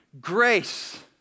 Grace